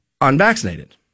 unvaccinated